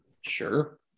Sure